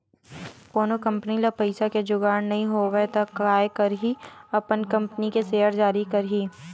कोनो कंपनी ल पइसा के जुगाड़ नइ होवय त काय करही अपन कंपनी के सेयर जारी करही